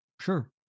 Sure